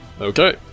Okay